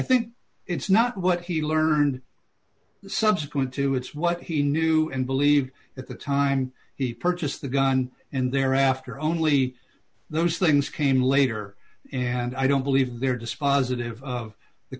think it's not what he learned subsequent to it's what he knew and believed at the time he purchased the gun and thereafter only those things came later and i don't believe there dispositive of the